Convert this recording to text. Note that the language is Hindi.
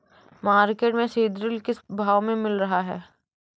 मार्केट में सीद्रिल किस भाव में मिल रहा है?